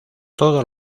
todos